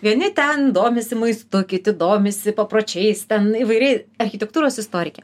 vieni ten domisi maistu kiti domisi papročiais ten įvairiai architektūros istorikė